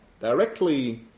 directly